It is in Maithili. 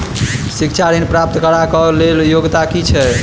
शिक्षा ऋण प्राप्त करऽ कऽ लेल योग्यता की छई?